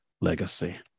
legacy